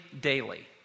daily